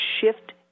shift